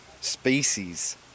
species